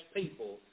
people